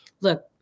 look